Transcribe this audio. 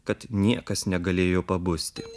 kad niekas negalėjo pabusti